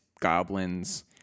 goblins